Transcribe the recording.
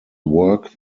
work